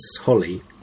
holly